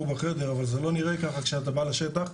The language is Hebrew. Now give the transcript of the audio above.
בחדר אבל זה לא נראה ככה כשאתה בא לשטח,